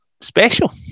special